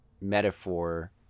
metaphor